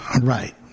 Right